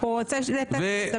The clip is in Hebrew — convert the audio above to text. אוה, איזה זיכרון קצר, מיכל